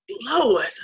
Lord